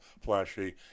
flashy